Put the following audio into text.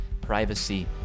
privacy